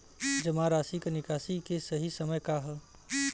जमा राशि क निकासी के सही समय का ह?